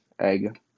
egg